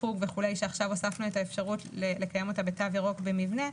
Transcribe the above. חוג וכולי שעכשיו הוספנו את האפשרות לקיים אותה בתו ירוק במבנה,